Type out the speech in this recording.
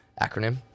acronym